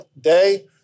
day